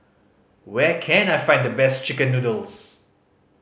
where can I find the best chicken noodles